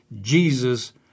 Jesus